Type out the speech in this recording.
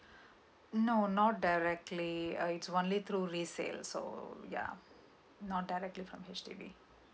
no not directly uh it's only through resale so ya